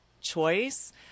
choice